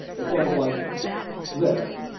it goes like this.